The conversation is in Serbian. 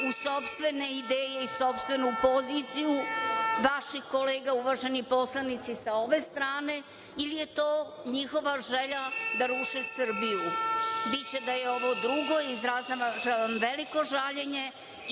u sopstvene ideje i sopstvenu poziciju naših kolega, uvaženih, sa ove strane, ili je to njihova želja da ruše Srbiju, biće da je ovo drugo i izražavam veliko žaljenje